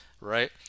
Right